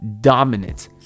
Dominant